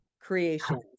creation